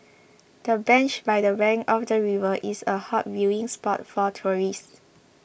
the bench by the bank of the river is a hot viewing spot for tourists